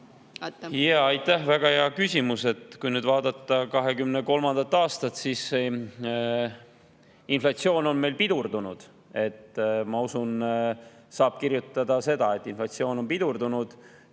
Aitäh! Väga hea küsimus. Kui vaadata 2023. aastat, siis inflatsioon on meil pidurdunud. Ma usun, et saab kirjutada seda, et inflatsioon on pidurdunud.